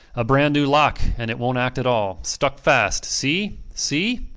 a brand-new lock, and it wont act at all. stuck fast. see? see?